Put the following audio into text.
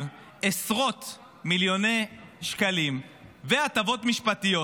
עשרות מיליוני שקלים והטבות משפטיות